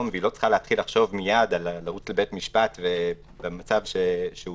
והיא לא צריכה להתחיל לחשוב מיד לרוץ לבית משפט במצב שהוא